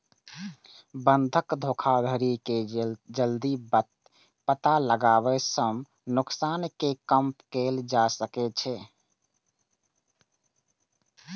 बंधक धोखाधड़ी के जल्दी पता लगाबै सं नुकसान कें कम कैल जा सकै छै